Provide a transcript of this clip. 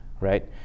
Right